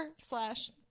slash